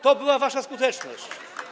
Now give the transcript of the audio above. To była wasza skuteczność.